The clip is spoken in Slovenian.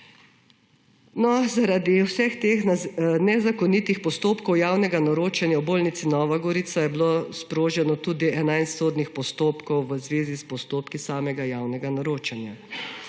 Zaradi vseh teh nezakonitih postopkov javnega naročanja v bolnici Nova Gorica je bilo sproženih tudi 11 sodnih postopkov v zvezi s postopki samega javnega naročanja.